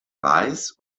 weiß